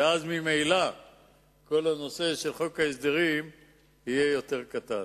העדיפויות ואז ממילא חוק ההסדרים יהיה יותר קטן.